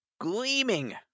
gleaming